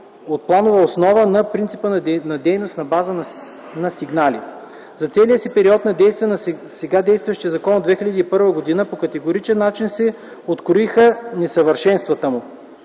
от планова основа на принципа на дейност на база на сигнали. За целия си период на действие на сега действащия закон от 2001 г., по категоричен начин се откроиха несъвършенствата му.